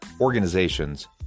organizations